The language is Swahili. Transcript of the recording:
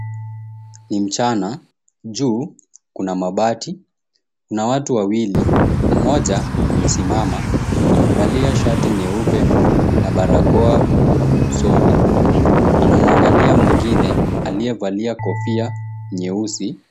Ni mchana juu kuna mabati na watu wawili mmoja amesimama amevalia shati nyeupe na barakoa usoni anamuangalia mwingine aliyevalia kofia nyeusi.